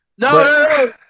no